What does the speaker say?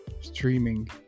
streaming